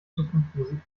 zukunftsmusik